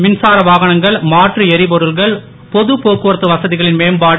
மின்சாரம் வாகனங்கள் மாற்று எரிபொருள்கள் பொது போக்குவரத்து வசதிகளின் மேம்பாடு